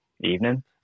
Evening